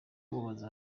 bamubaza